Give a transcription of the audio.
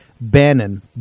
Bannon